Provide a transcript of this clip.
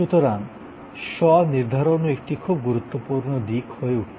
সুতরাং স্বনির্ধারনও একটি খুব গুরুত্বপূর্ণ দিক হয়ে উঠছে